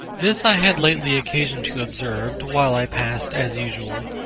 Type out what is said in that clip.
this i had lately occasion to observe, while i passed, as usual,